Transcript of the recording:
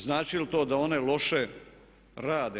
Znači li to da one loše rade?